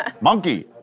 monkey